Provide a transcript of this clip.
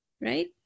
right